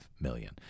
million